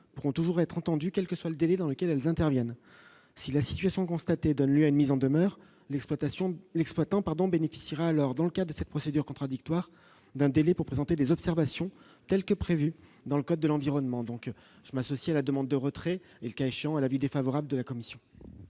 pourront toujours être entendus, quel que soit le délai dans lequel elles interviennent si la situation constatée donne lieu à une mise en demeure l'exploitation, l'exploitant pardon bénéficiera alors dans le cas de cette procédure contradictoire d'un délai pour présenter des observations, telle que prévue dans le code de l'environnement, donc je m'associe à la demande de retrait et, le cas échéant à l'avis défavorable de la commission.